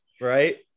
right